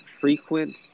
frequent